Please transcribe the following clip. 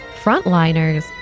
frontliners